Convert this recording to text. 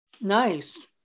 Nice